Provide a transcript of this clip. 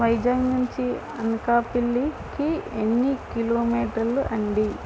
వైజాగ్ నుంచి అనకాపల్లికి ఎన్ని కిలోమీటర్లు ఆండి